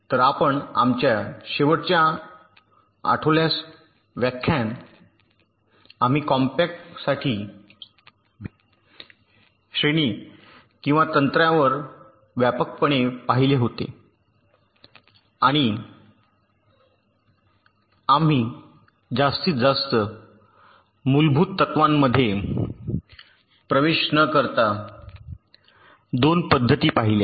तर आपण आमच्या शेवटच्या व्याख्यान आठवल्यास आम्ही कॉम्पॅक्टसाठी भिन्न श्रेणी किंवा तंत्रांवर व्यापकपणे पाहिले होते आणि आम्ही जास्तीत जास्त मूलभूत तत्त्वांमध्ये प्रवेश न करता दोन पद्धती पाहिल्या